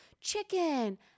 Chicken